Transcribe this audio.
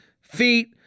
feet